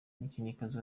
umukinnyikazi